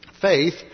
Faith